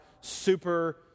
super